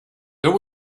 there